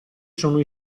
sono